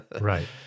Right